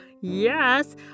yes